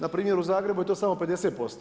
Npr. u Zagrebu je to samo 50%